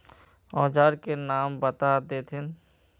औजार के नाम बता देथिन?